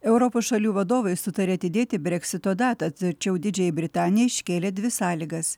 europos šalių vadovai sutarė atidėti breksito datą tačiau didžiajai britanijai iškėlė dvi sąlygas